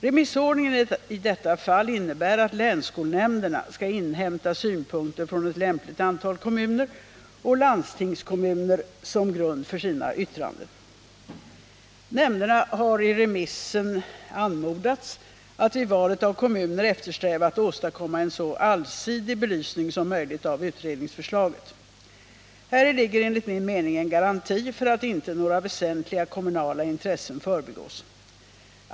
Remissordningen i detta fall innebär att länsskolnämnderna skall inhämta synpunkter från ett lämpligt antal kommuner och landstingskommuner som grund för sina yttranden. Nämnderna har i remissen anmodats att vid valet av kommuner eftersträva att åstadkomma en så allsidig belysning som möjligt av utredningsförslaget. Häri ligger enligt min mening en garanti för att inte några väsentliga kommunala intressen förbigås.